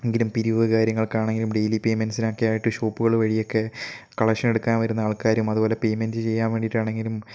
എങ്കിലും പിരിവ് കാര്യങ്ങൾക്കാണെങ്കിലും ഡെയിലി പേയ്മെൻറ്റ്സിനൊക്കെയായിട്ട് ഷോപ്പുകൾ വഴിയൊക്കെ കളക്ഷൻ എടുക്കാൻ വരുന്ന ആൾക്കാരും അതുപോലെ പേയ്മെൻറ്റ് ചെയ്യാൻ വേണ്ടിയിട്ടാണെങ്കിലും